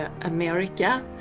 America